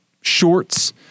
shorts